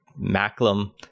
Macklem